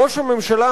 ראש הממשלה,